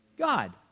god